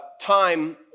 time